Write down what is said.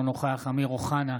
אינו נוכח אמיר אוחנה,